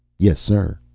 yes, sir.